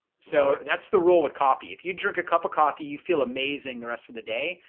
so that's the rule with coffee. if you drink a cup of coffee, you feel amazing. the rest of the day.